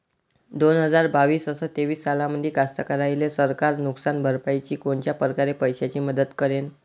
दोन हजार बावीस अस तेवीस सालामंदी कास्तकाराइले सरकार नुकसान भरपाईची कोनच्या परकारे पैशाची मदत करेन?